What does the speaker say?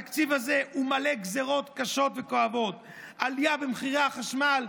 התקציב הזה מלא גזרות קשות וכואבות: עלייה במחירי החשמל,